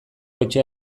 etxea